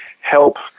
help